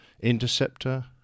interceptor